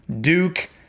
Duke